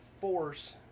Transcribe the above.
force